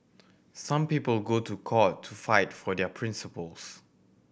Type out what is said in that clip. some people go to court to fight for their principles